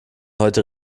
heute